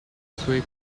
sway